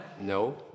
no